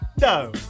No